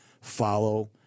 follow